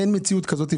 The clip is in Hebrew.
אין מציאות כזאת.